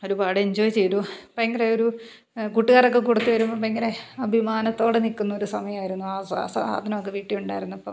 ഒരുപാട് എഞ്ചോയ് ചെയ്തു ഭയങ്കര ഒരു കൂട്ടുകാരൊക്കെ കൂടത്തിൽ വരുമ്പോൾ ഭയങ്കര അഭിമാനത്തോടെ നിൽക്കുന്നൊരു സമയമായിരുന്നു ആ സാധനമൊക്കെ വീട്ടിൽ ഉണ്ടായിരുന്നപ്പം